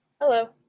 Hello